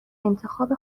انتخاب